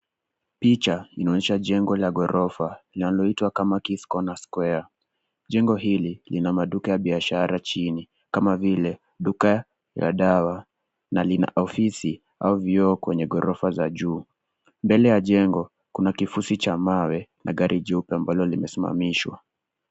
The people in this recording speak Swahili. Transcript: Picha inaonyesha chengo la korofa linaloitwa kamakis corner square chengo hili Lina maduka ya biashara chini kama vile duka ya dawa na lina ofisi au vioo kwenye korofa ya juu mbele ya chengo kuna kufusi cha mawena gari cheupe ambalo limesimamishwa.